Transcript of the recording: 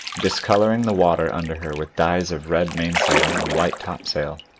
discolouring the water under her with dyes of red mainsail and white topsail.